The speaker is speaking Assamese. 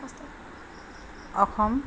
অসম